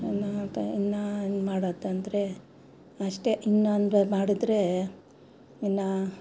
ಇನ್ನು ತ ಇನ್ನು ಏನು ಮಾಡೋದಂದ್ರೆ ಅಷ್ಟೇ ಇನ್ನೊಂದು ಮಾಡಿದರೆ ಇನ್ನು